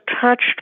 touched